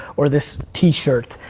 or this t-shirt.